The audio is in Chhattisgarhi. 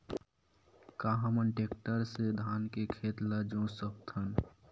का हमन टेक्टर से धान के खेत ल जोत सकथन?